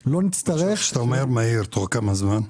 כשאתה אומר מהיר, תוך כמה זמן?